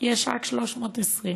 יש רק 320 מיליון.